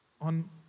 on